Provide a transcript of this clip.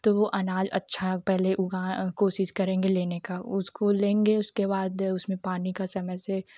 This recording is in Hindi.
तो वह अनाज अच्छा पहले उगाए कोशिश करेंगे लेने का उसको लेंगे उसके बाद उसमें पानी का समय से